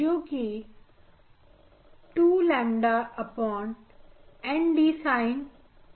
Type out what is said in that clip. जो कि 2ƛNdcos𝜽 के बराबर है